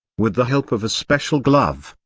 with the help of a special glove,